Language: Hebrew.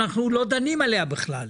אנחנו לא דנים עליה בכלל,